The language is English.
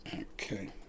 Okay